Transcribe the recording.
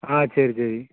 ஆ சரி சரி